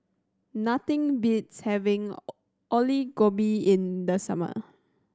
nothing beats having Alu Gobi in the summer